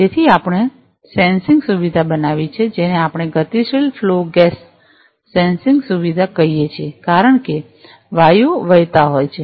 તેથી આપણે સેન્સિંગ સુવિધા બનાવી છે જેને આપણે ગતિશીલ ફ્લો ગેસ સેન્સિંગ સુવિધા કહીએ છીએ કારણ કે વાયુઓ વહેતા હોય છે